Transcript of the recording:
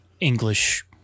English